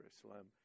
Jerusalem